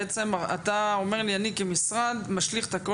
בעצם אתה אומר לי אני כמשרד משליך את כל